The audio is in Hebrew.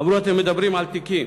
אמרו: אתם מדברים על תיקים.